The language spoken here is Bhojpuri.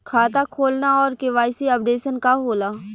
खाता खोलना और के.वाइ.सी अपडेशन का होला?